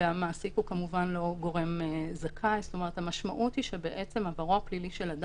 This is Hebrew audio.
למעסיק שהוא גורם זכאי יש הבניה של שיקול